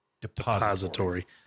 depository